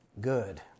good